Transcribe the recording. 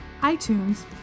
iTunes